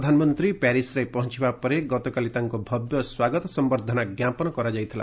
ପ୍ରଧାନମନ୍ତ୍ରୀ ପ୍ୟାରିସରେ ପହଞ୍ଚବା ପରେ ଗତକାଲି ତାଙ୍କୁ ଭବ୍ୟ ସ୍ପାଗତ ସମ୍ଭର୍ଦ୍ଧନା ଜ୍ଞାପନ କରାଯାଇଥିଲା